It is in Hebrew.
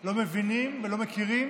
לא מבינים ולא מכירים